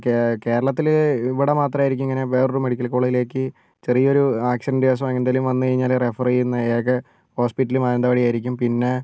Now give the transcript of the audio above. കേരളത്തിൽ ഇവിടെ മാത്രമായിരിക്കും ഇങ്ങനെ വേറൊരു മെഡിക്കൽ കോളേജിലേക്ക് ചെറിയൊരു ആക്സിഡൻറ്റ് കേസോ എന്തേലും വന്നു കഴിഞ്ഞാൽ റെഫർ ചെയ്യുന്ന ഏക ഹോസ്പിറ്റല് മാനന്തവാടി ആയിരിക്കും പിന്നെ